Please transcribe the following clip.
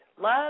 love